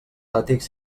àtics